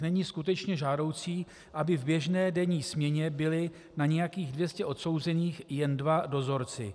Není skutečně žádoucí, aby v běžné denní směně byli na nějakých 200 odsouzených jen dva dozorci.